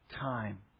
time